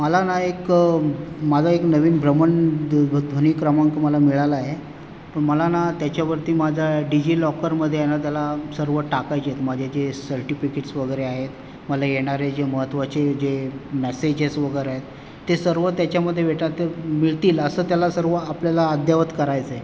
मला ना एक माझा एक नवीन भ्रमणध्वनी क्रमांक मला मिळाला आहे मला ना त्याच्यावरती माझा डीजी लॉकरमध्ये आहे त्याला सर्व टाकायचे माझे जे सर्टिफिकेट्स वगैरे आहेत मला येणारे जे महत्त्वाचे जे मॅसेजेस वगैरे आहेत ते सर्व त्याच्यामध्ये भेटायला मिळतील असं त्याला सर्व आपल्याला अद्यावत करायचं आहे